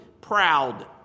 proud